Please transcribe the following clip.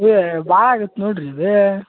ಏ ಭಾಳ್ ಆಗತ್ತೆ ನೋಡ್ರಿ ಇದು